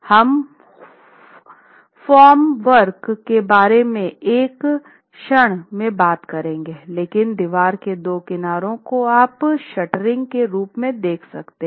हम formwork के बारे में एक क्षण में बात करेंगे लेकिन दीवार के दो किनारों को आप शटरिंग के रूप में देख सकते है